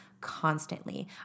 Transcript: constantly